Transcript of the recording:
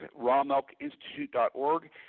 RawMilkInstitute.org